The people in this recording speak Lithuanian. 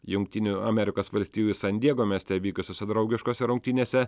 jungtinių amerikos valstijų san diego mieste vykusiose draugiškose rungtynėse